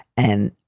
and,